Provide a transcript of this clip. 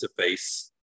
interface